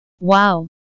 wow